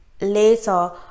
later